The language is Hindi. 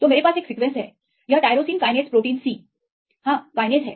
तो मेरे पास एक सीक्वेंस है यह टाइरोसिन कायनेज प्रोटीन सी हां कायनेज है